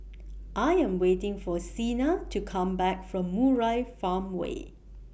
I Am waiting For Sina to Come Back from Murai Farmway